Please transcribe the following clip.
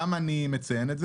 למה אני מציין את זה?